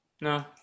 No